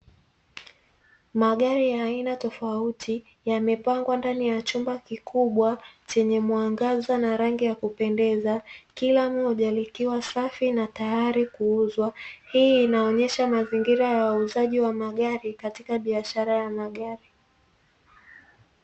Magari ya aina tofauti yamepangwa ndani ya chumba kikubwa chenye mwangaza na rangi za kupendeza, kila mmoja likiwa safi na tayari kuuzwa. Hii inaonyesha mazingira ya uuzaji wa magari katika biashara ya magari.